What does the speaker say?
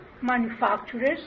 manufacturers